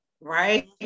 right